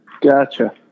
Gotcha